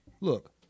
look